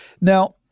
Now